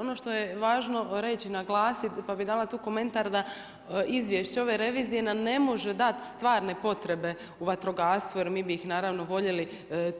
Ono što je važno reći, naglasiti, pa bi dala komentar na izvješće ove revizije da ne može dati stvarne potrebe u vatrogastvu, jer mi bi ih naravno voljeli